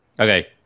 Okay